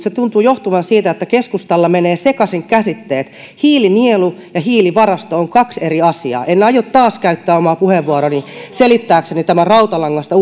se tuntuu johtuvan siitä että keskustalla menee sekaisin käsitteet hiilinielu ja hiilivarasto ovat kaksi eri asiaa en aio taas käyttää omaa puheenvuoroani selittääkseni tämän rautalangasta